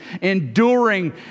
enduring